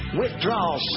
withdrawal